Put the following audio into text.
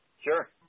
Sure